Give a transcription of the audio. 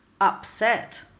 Upset